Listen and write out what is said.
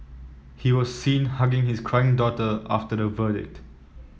he was seen hugging his crying daughter after the verdict